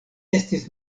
estis